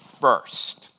first